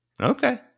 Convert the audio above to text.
okay